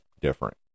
different